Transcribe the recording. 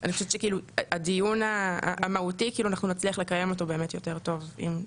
ולכן אני חושבת שאנחנו נצליח לקיים את הדיון המהותי יותר טוב אם נמשיך.